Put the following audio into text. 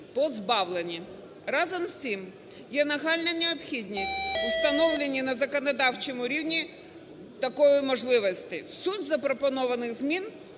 позбавлені. Разом з тим є нагальна необхідність у встановленні на законодавчому рівні такої можливості. Суть запропонованих змін